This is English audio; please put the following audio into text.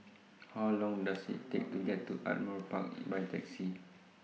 How Long Does IT Take to get to Ardmore Park By Taxi